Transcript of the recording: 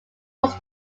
was